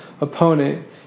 opponent